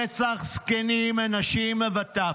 רצח זקנים, נשים וטף.